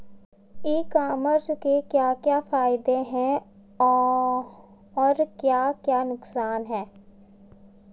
ई commerce के क्या क्या फायदे और क्या क्या नुकसान है?